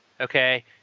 okay